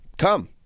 come